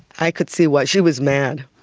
i could see why she was mad.